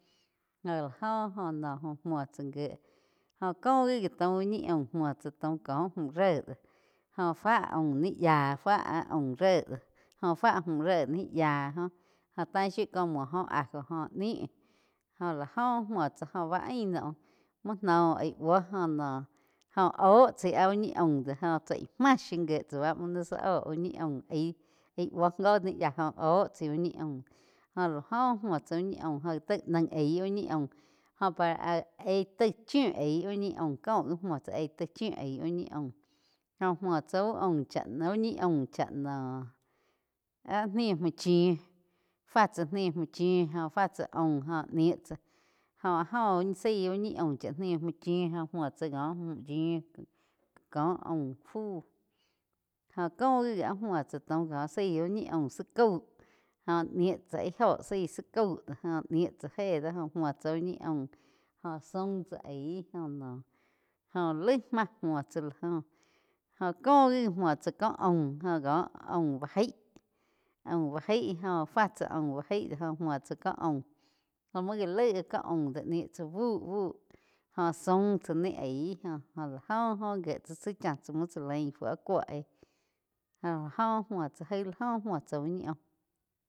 Jó la joh óh noh múo tsá gíe gó ko gi, gi taum úh ñi aum muo tsá taum có múh ré jo fá aum ni yáh fá áh aum ré do jóh fá múh ré ni yáh joh oh tain shiu có múo jo ajo joh nih jó lá óh múo tsá bá ain naú muo noh aig buo jó noh óh chai áh úh ñi aum do joh tsái máh shiu gie tsá báh muo nái zá oh úh ñi aum aí, aí búo joh ni yáh joh óh tsaí úh ñi aum jóh la óh muo tsá uh ñi aum jo gá taig naíh aig úh ñi aum jó para aih taí chiu aih úh ñi aum ko gi múo tsá aig tai chiu aíh úh ñi aum jóh múo tsá uh ñi aum chá noh áh níh muo chiu fá tsá niu múo chiu joh fá tsá aum joh nííh tsáh jó áh joh zaí uh ñi aum chá niih múo chiu. Muo tsá cóh múh yíu có aum fu jóh cóh gi áh múo ta taum zái úh ñi aum zá caú jóh níh tsá íh óho zaí zá cau óho ni tsá éh do óh múo tsá úh ñi aum jóh zaum tsá aig óh noh laig máh maúo tsá la joh, jóh cóh gi múo tsá koh aum cóh aum bá jaig, aum bá gaíh óh fá tsáh aum bá jaig óh múo tsá ko aum jóh muo gá laig ko aum níh tsá bu, bu jóh zaum tsá ni aí jóh oh la oh gíe tsá tsi chá cha muo chá lain fu áh kúo éh jo áh oh muo tsá jai la jo muo tsá uh ñi aum.